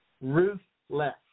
ruthless